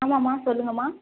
ஆமாம்மா சொல்லுங்கம்மா